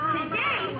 Today